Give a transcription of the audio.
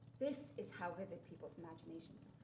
this is how vivid people's imaginations are.